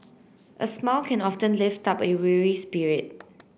a smile can often lift up a weary spirit